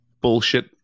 bullshit